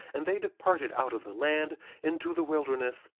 and they departed out of the land into the wilderness,